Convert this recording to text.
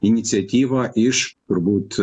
iniciatyva iš turbūt